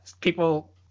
People